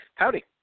howdy